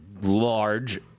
large